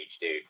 dude